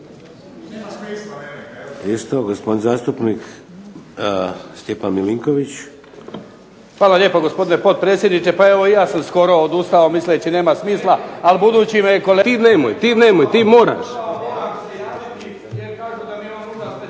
Hvala lijepo, gospodine potpredsjedniče. Pa evo i ja sam skoro odustao misleći nema smisla, ali budući me je kolega… … /Upadica: Ti nemoj, ti nemoj, ti moraš./…